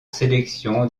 sélection